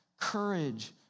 courage